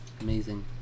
amazing